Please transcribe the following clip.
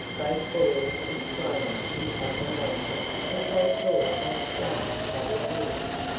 both boys exclaimed in admiration as they saw how smart tavia looked.